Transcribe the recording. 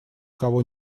кого